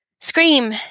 scream